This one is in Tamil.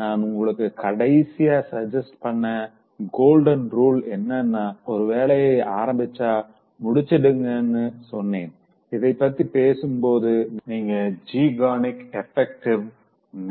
நான் உங்களுக்கு கடைசியா சஜ்ஜஸ் பண்ண கோல்டன் ரூல் என்னன்னா ஒரு வேலைய ஆரம்பிச்சா முடிச்சிடுங்கன்னு சொன்னேன் இதைப்பத்தி பேசும்போது நீங்க ஸெய்ஹ்னரிக் எஃபெக்டை